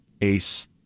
ace